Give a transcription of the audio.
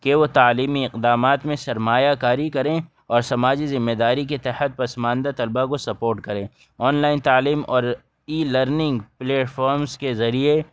کہ وہ تعلیمی اقدامات میں سرمایہ کاری کریں اور سماجی ذمے داری کے تحت پسماندہ طلبہ کو سپوٹ کریں آنلائن تعلیم اور ای لرننگ پلیٹفارمس کے ذریعے